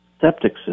septic